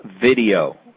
video